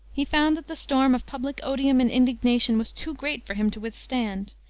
he found that the storm of public odium and indignation was too great for him to withstand.